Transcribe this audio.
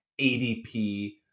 ADP